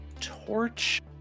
Torch